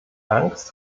angst